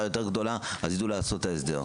יותר גדולה אז ידעו לעשות את ההסדר.